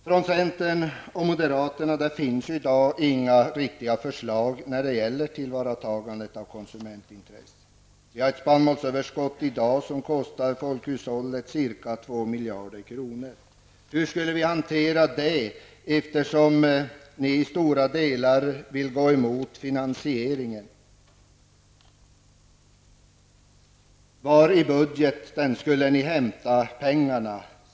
Från centern och moderaternas sida finns inga riktiga förslag när det gäller tillvaratagandet av konsumentintresset. Spannmålsöverskottet kostar i dag folkhushållet runt 2 miljarder kronor. Hur skulle ni hantera det, eftersom ni i stora delar vill gå emot finansieringen? Var i budgeten skulle ni hämta pengarna?